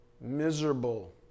miserable